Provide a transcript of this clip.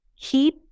keep